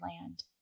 land